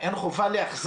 שאין חובה להחזיר.